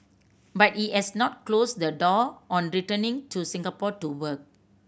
but he has not closed the door on returning to Singapore to work